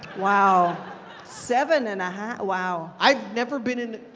wow seven and a half, wow. i've never been in,